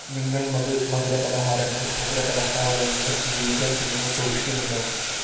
നിങ്ങൾ മദു മധുരപലഹാരങ്ങൾ മധുരപലഹാരങ്ങൾ വീഗൻ ഇനങ്ങൾ സൂക്ഷിക്കുന്നുണ്ടോ